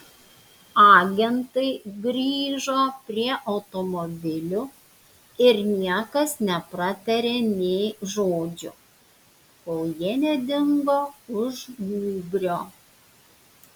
agentai grįžo prie automobilių ir niekas nepratarė nė žodžio kol jie nedingo už gūbrio